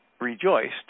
rejoiced